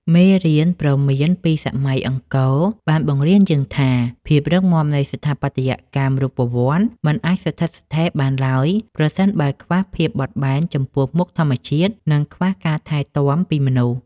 មេរៀនព្រមានពីសម័យអង្គរបានបង្រៀនយើងថា ភាពរឹងមាំនៃស្ថាបត្យកម្មរូបវន្ត មិនអាចស្ថិតស្ថេរបានឡើយ ប្រសិនបើវាខ្វះភាពបត់បែនចំពោះមុខធម្មជាតិ និងខ្វះការថែទាំពីមនុស្ស។